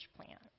plant